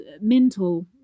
mental